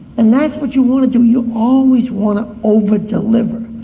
and that's what you want to do. you always want to over deliver.